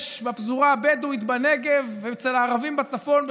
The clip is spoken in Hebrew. בפזורה הבדואית בנגב ואצל הערבים בצפון,